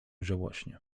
żałośnie